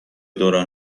دوران